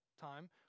time